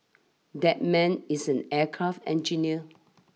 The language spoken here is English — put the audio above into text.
that man is an aircraft engineer